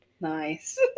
Nice